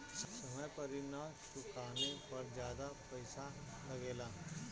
समय पर ऋण ना चुकाने पर ज्यादा पईसा लगेला?